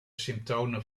symptomen